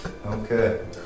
Okay